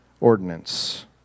ordinance